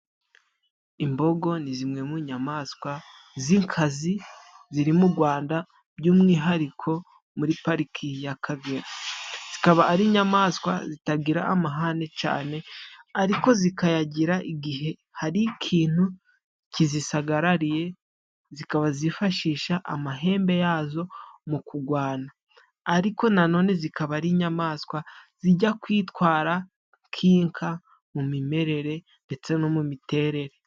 Imbogo ni zimwe mu nyamaswa z'inkazi ziri mu Gwanda by'umwihariko muri pariki y'Akagera. Zikaba ari inyamaswa zitagira amahane cane ariko zikayagira igihe hari ikintu kizisagarariye. Zikaba zifashisha amahembe yazo mu kugwana ariko nanone zikaba ari inyamaswa zijya kwitwara nk'inka mu mimerere ndetse no mu miterere.